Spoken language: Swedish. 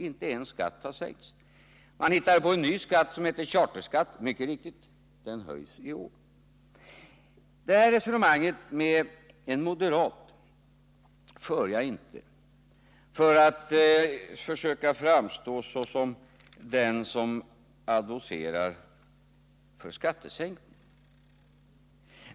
Inte en enda skatt har alltså sänkts. Man hittade på en ny skatt, charterskatten, och mycket riktigt höjs denna i år. Det här resonemanget med en moderat för jag inte för att försöka framstå såsom den som advocerar för en skattesänkning.